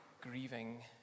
grieving